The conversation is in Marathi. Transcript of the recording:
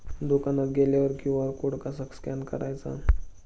दुकानात गेल्यावर क्यू.आर कोड कसा स्कॅन करायचा?